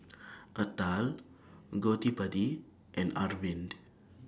Atal Gottipati and Arvind